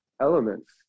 elements